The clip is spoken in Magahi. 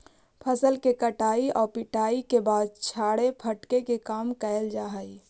फसल के कटाई आउ पिटाई के बाद छाड़े फटके के काम कैल जा हइ